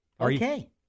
Okay